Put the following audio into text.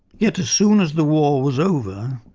yet as soon as the war was over,